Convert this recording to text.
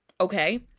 Okay